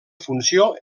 funció